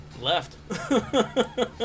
left